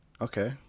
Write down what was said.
Okay